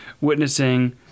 witnessing